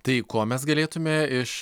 tai ko mes galėtumėme iš